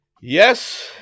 Yes